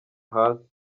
hasi